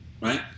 right